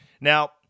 Now